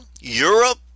Europe